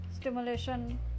stimulation